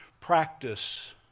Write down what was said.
practice